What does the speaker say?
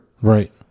Right